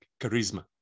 charisma